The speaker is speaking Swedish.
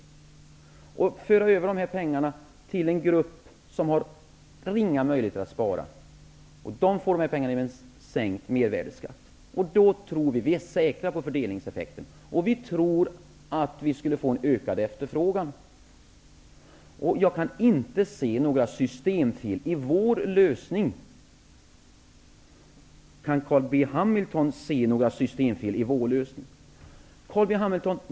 Vi vill föra över dessa pengar till en grupp som har ringa möjligheter att spara. De får dessa pengar genom en sänkt mervärdesskatt. Då är vi säkra på fördelningseffekten. Vi tror att detta skulle innebära en ökad efterfrågan. Jag kan inte se några systemfel i vår lösning. Kan Carl B Hamilton se några systemfel i vår lösning?